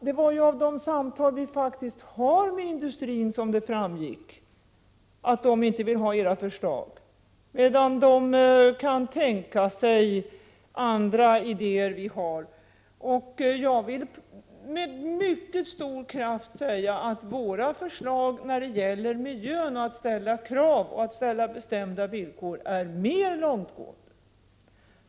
Det var ju av de samtal vi faktiskt fört med företrädare för industrin som det framgick att de inte vill ha era förslag, medan de kan tänka sig andra idéer som vi har. Jag vill med mycket stor kraft säga att våra förslag när det gäller miljön och när det gäller att ställa krav och bestämda villkor är mer långtgående.